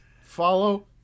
Follow